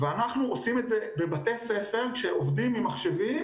אנחנו עושים את זה בבתי ספר כשעובדים עם מחשבים